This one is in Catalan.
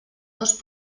dos